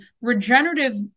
regenerative